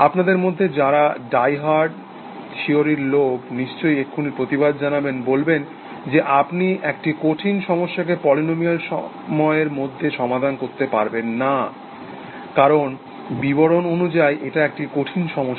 আপনাদের মধ্যে যারা ডাইহার্ড থিওরির লোক নিশ্চই এক্ষুনি প্রতিবাদ জানাবেন বলবেন যে আপনি একটা কঠিন সমস্যাকে পলিনোমিয়াল সময়ের মধ্যে সমাধান করতে পারবেন না কারণ বিবরণ অনুযায়ী এটা একটা কঠিন সমস্যা